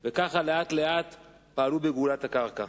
וכך, לאט לאט, פעלו לגאולת הקרקע.